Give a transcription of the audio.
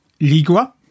Ligua